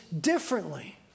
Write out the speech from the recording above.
differently